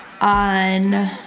on